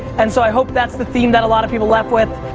and so i hope that's the theme that a lot of people left with.